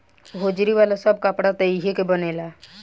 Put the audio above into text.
hosiery वाला सब कपड़ा त एही के बनेला